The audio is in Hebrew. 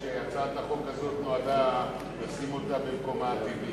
שהצעת החוק הזו נועדה לשים אותה במקומה הטבעי.